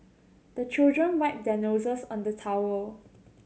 the children wipe their noses on the towel